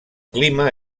clima